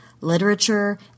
literature